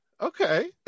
Okay